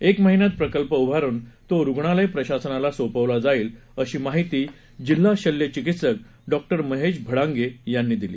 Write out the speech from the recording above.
एक महिन्यात प्रकल्प उभारून तो रुग्णालय प्रशासनाला सोपवला जाईल अशी माहिती जिल्हा शल्य चिकित्सक डॉ महेश भंडागे यांनी दिली